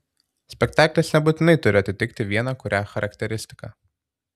spektaklis nebūtinai turi atitikti vieną kurią charakteristiką